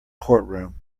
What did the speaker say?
courtroom